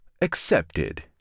accepted